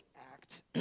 act